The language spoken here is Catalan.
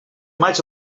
maig